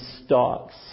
stocks